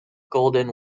golden